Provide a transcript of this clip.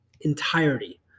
entirety –